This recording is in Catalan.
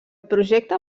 projecte